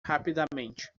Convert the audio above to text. rapidamente